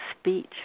speech